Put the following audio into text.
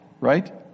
right